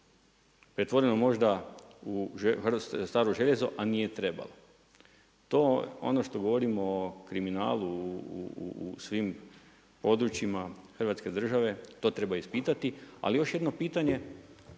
pretvoreno možda u staro željezo, a nije trebalo. Ono što govorimo o kriminalu u svim područjima Hrvatske države to treba ispitati. Ali još jedno pitanje,